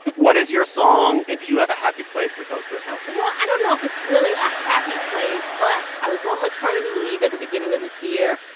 what is your song, and do you have a happy place that goes with it? well, i don't know if it's really a happy place, but i was on maternity leave at the beginning of this year.